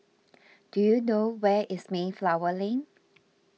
do you know where is Mayflower Lane